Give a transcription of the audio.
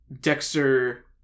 Dexter